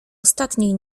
ostatniej